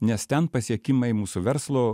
nes ten pasiekimai mūsų verslo